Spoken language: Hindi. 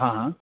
हाँ हाँ